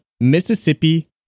Mississippi